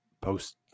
post